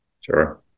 sure